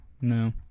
No